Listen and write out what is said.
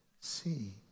see